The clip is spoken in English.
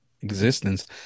existence